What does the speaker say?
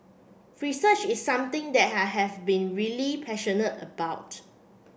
research is something that have been really passionate about